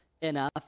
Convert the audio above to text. enough